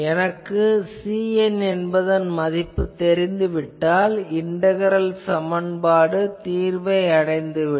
எனக்கு Cn என்பதன் மதிப்பு தெரிந்துவிட்டால் இண்டகரல் சமன்பாடு தீர்வை அடைந்துவிடும்